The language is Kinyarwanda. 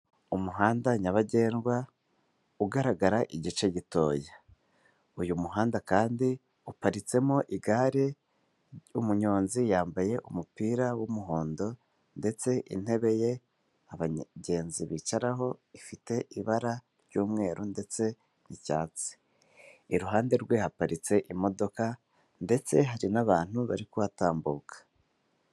Umuhanda nyabagendwa, ugaragara igice gitoya. Uyu muhanda kandi uparitsemo igare, umunyonzi yambaye umupira w'umuhondo ndetse intebe ye abagenzi bicaraho, ifite ibara ry'umweru ndetse n'icyatsi, iruhande rwe haparitse imodoka ndetse hari n'abantu bari kuhatambuka.